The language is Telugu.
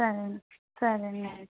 సరే అండి సరే అండి అయితే